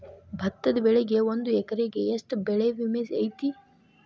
ಭತ್ತದ ಬೆಳಿಗೆ ಒಂದು ಎಕರೆಗೆ ಎಷ್ಟ ಬೆಳೆ ವಿಮೆ ಐತಿ?